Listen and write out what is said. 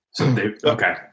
Okay